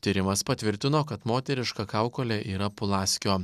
tyrimas patvirtino kad moteriška kaukolė yra pulaskio